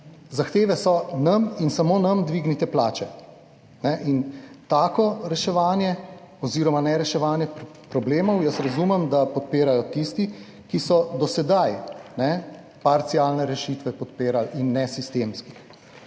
Zahteve so nam in samo nam dvignite plače in tako reševanje oziroma ne reševanje problemov, jaz razumem, da podpirajo tisti, ki so do sedaj parcialne rešitve podpirali in nesistemskih.